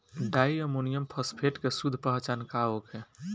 Di ammonium phosphate के शुद्ध पहचान का होखे?